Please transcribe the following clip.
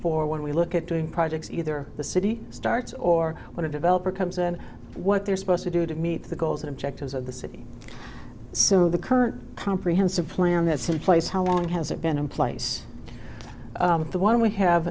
for when we look at doing projects either the city starts or what a developer comes and what they're supposed to do to meet the goals and objectives of the city so the current comprehensive plan that's in place how long has it been in place the one we have